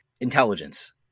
intelligence